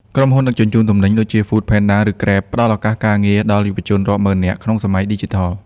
ក្រុមហ៊ុន ដឹកជញ្ជូនទំនិញ ដូចជា Foodpanda ឬ Grab ផ្ដល់ឱកាសការងារដល់យុវជនរាប់ម៉ឺននាក់ក្នុងសម័យឌីជីថល។